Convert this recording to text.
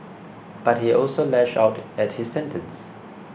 but he also lashed out at his sentence